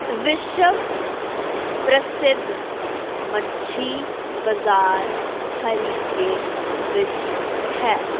ਵਿਸ਼ਵ ਪ੍ਰਸਿੱਧ ਮੱਛੀ ਬਾਜ਼ਾਰ ਹਰੀਕੇ ਵਿੱਚ ਹੈ